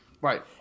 Right